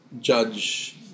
judge